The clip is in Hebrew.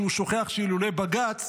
כשהוא שוכח שאילולא בג"ץ